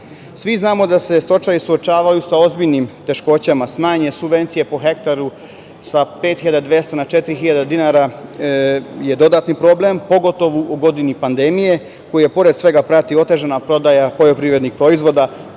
znamo da se stočari suočavaju sa ozbiljnim teškoćama, smanjene subvencije po hektaru sa 5.200 na 4.000 dinara, što je dodatni problem, pogotovo u godini pandemije, koji i pored svega prati otežana prodaja poljoprivrednih proizvoda,